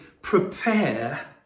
prepare